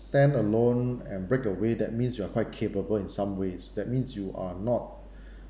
standalone and breakaway that means you are quite capable in some ways that means you are not